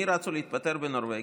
מי רצו להתפטר בנורבגי?